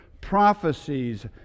Prophecies